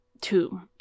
two